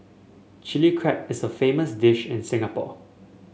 Chilli Crab is a famous dish in Singapore